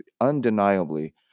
undeniably